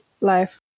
life